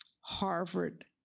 Harvard